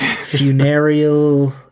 funereal